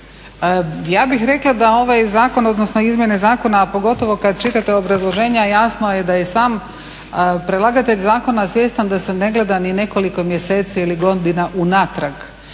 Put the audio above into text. Ja bih rekla da ovaj zakon, odnosno izmjene zakona, a pogotovo kad čitate obrazloženja jasno je da je sam predlagatelj zakona svjestan da se ne gleda ni nekoliko mjeseci ili godina unatrag.